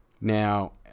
Now